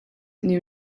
knew